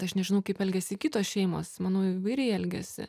aš nežinau kaip elgiasi kitos šeimos manau įvairiai elgiasi